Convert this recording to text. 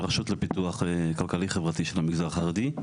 מהרשות לפיתוח כלכלי-חברתי של המגזר החרדי.